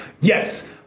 Yes